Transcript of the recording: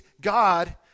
God